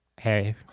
hey